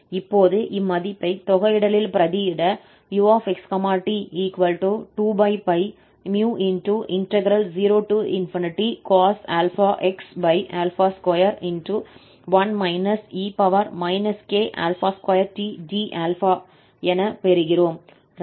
இப்போது இம்மதிப்பை தொகையிடலில் பிரதியிட ux t20cos ∝x 21 e k2t d∝ என பெறுகிறோம்